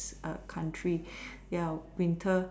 a country ya winter